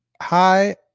hi